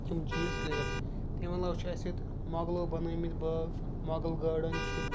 تِم چیٖز کٔرِتھ تمہِ علاوٕ چھِ اَسہِ ییٚتہِ مۄغلو بَنٲومٕتۍ باغ مۄغل گاڑَن چھُ